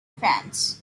france